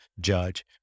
judge